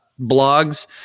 blogs